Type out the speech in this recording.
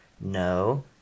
No